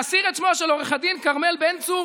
להסיר את שמה של עו"ד כרמל בן-צור,